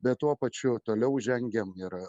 bet tuo pačiu toliau žengiam ir